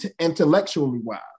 intellectually-wise